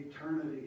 eternity